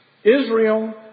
Israel